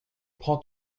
prends